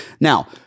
Now